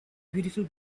beautiful